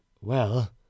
well—